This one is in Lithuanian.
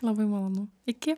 labai malonu iki